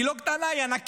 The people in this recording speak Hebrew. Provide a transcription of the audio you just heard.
והיא לא קטנה, היא ענקית.